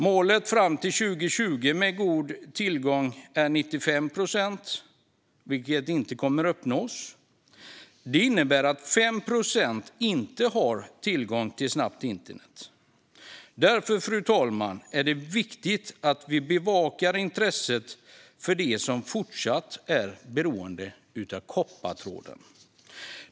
Målet fram till 2020, som inte kommer att uppnås, är att 95 procent av befolkningen ska ha god tillgång till snabbt internet. Det innebär att 5 procent inte har tillgång till det. Därför, fru talman, är det viktigt att vi bevakar intressena för dem som fortsatt är beroende av koppartråden.